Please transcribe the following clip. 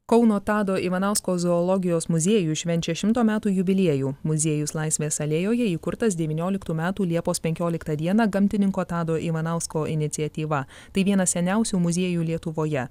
kauno tado ivanausko zoologijos muziejus švenčia šimto metų jubiliejų muziejus laisvės alėjoje įkurtas devynioliktų metų liepos penkioliktą dieną gamtininko tado ivanausko iniciatyva tai vienas seniausių muziejų lietuvoje